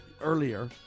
earlier